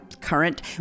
current